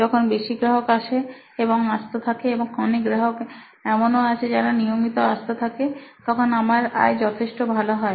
যখন বেশি গ্রাহক আসে এবং আসতে থাকে এবং অনেক গ্রাহক এমনও আছেন যারা নিয়মিত আসতে থাকে তখন আমার আয় যথেষ্ট ভালো হয়